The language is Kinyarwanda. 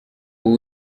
ubu